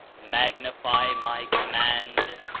magnify my command,